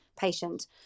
patient